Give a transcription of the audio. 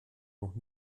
noch